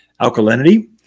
alkalinity